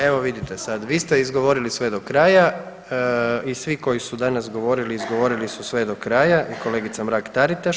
Evo vidite sad, vi ste izgovorili sve do kraja i svi koji su danas govorili izgovorili su sve do kraja i kolegica Mrak Taritaš.